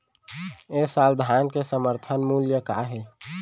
ए साल धान के समर्थन मूल्य का हे?